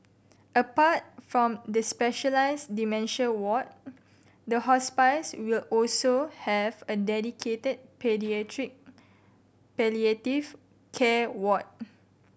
apart from the specialised dementia ward the hospice will also have a dedicated paediatric palliative care ward